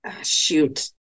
Shoot